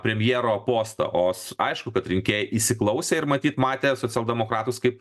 premjero postą os aišku kad rinkėjai įsiklausė ir matyt matė socialdemokratus kaip